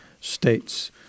states